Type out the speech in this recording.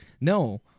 No